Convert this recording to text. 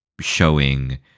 showing